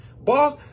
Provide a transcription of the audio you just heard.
Boss